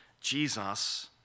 Jesus